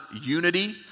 unity